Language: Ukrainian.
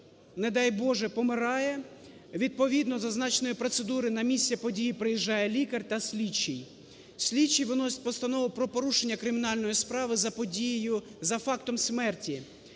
не дай Боже, помирає, відповідно зазначеної процедури, на місце події приїжджає лікар та слідчий, слідчий виносить постанову про порушення кримінальної справи за подією, за фактом смерті.